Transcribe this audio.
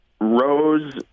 Rose